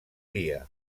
dia